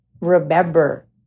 remember